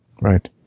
right